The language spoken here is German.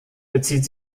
bezieht